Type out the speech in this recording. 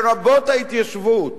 לרבות ההתיישבות,